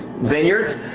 vineyards